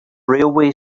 railway